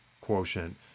quotient